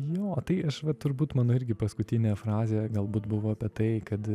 jo tai aš va turbūt mano irgi paskutinė frazė galbūt buvo apie tai kad